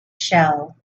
shell